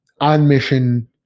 on-mission